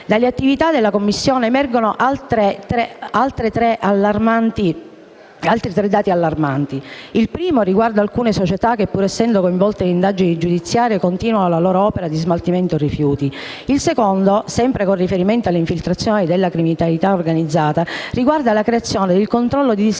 Dalle attività della Commissione emergono altri tre dati allarmanti: il primo riguarda alcune società che, pur essendo coinvolte in indagini giudiziarie, continuano la loro opera di smaltimento dei rifiuti; iL secondo, sempre con riferimento alle infiltrazioni della criminalità organizzata, riguarda la creazione e il controllo di discariche